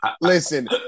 Listen